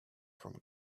from